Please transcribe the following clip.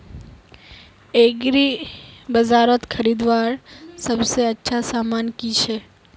एग्रीबाजारोत खरीदवार सबसे अच्छा सामान की छे?